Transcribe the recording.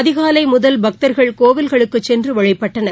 அதிகாலை முதல் பக்தர்கள் கோவில்களுக்குச் சென்று வழிபட்டனர்